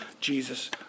Jesus